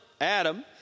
Adam